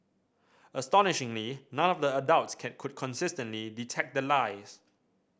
astonishingly none of the adults can could consistently detect the lies